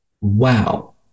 wow